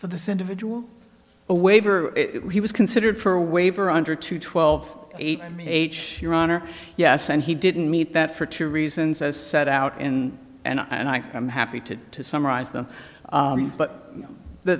for this individual a waiver he was considered for a waiver under two twelve eight h your honor yes and he didn't meet that for two reasons as set out in and i am happy to summarize them but the